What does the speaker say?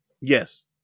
Yes